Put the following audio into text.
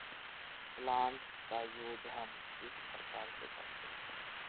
Plant का use हम किस प्रकार से करते हैं?